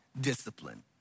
discipline